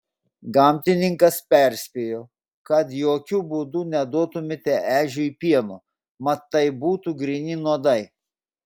gamtininkas perspėjo kad jokiu būdu neduotumėte ežiui pieno mat tai būtų gryni nuodai